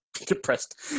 depressed